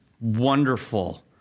wonderful